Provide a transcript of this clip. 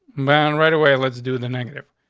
man right away, let's do the negative.